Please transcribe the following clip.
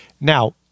Now